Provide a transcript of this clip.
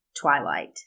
Twilight